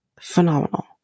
phenomenal